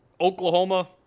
Oklahoma